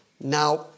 Now